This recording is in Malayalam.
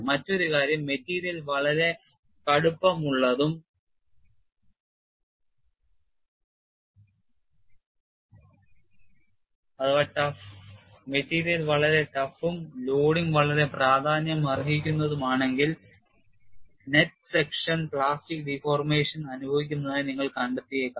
മറ്റൊരു കാര്യം മെറ്റീരിയൽ വളരെ കടുപ്പമുള്ളതും ലോഡിംഗ് വളരെ പ്രാധാന്യമർഹിക്കുന്നതുമാണെങ്കിൽ നെറ്റ് സെക്ഷൻ പ്ലാസ്റ്റിക് deformation അനുഭവിക്കുന്നതായി നിങ്ങൾ കണ്ടെത്തിയേക്കാം